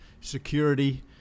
security